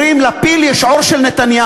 אומרים שלפיל יש עור של נתניהו.